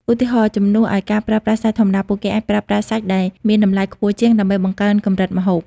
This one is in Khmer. ឧទាហរណ៍ ជំនួសឲ្យការប្រើប្រាស់សាច់ធម្មតា ពួកគេអាចប្រើប្រាស់សាច់ដែលមានតម្លៃខ្ពស់ជាង ដើម្បីបង្កើនកម្រិតម្ហូប។